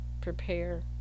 prepare